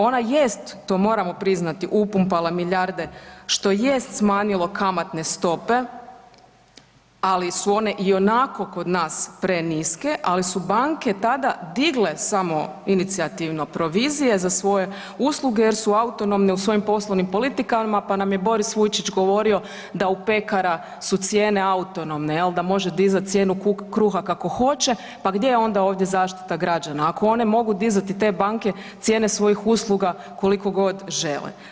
Ona jest, to moramo priznati, upumpala milijarde što jest smanjilo kamatne stope, ali su one i onako kod nas preniske, ali su banke tada digle samoinicijativno provizije za svoje usluge jer su autonomne u svojim poslovnim politikama, pa nam je Boris Vujčić govorio da u pekara su cijene autonomne, jel da može dizat cijenu kruha kako hoće, pa gdje je onda ovdje zaštita građana ako one mogu dizati te banke cijene svojih usluga koliko god žele.